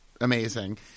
amazing